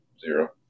Zero